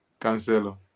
Cancelo